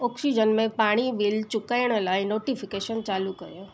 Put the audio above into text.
oxygen में पाणी bill चुकाइण लाइ नोटिफिकेशन चालू कयो